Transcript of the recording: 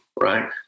right